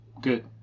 Good